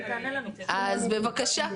אז בבקשה.